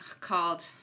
Called